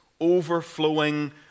overflowing